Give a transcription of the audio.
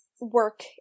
work